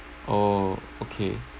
orh okay